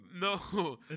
no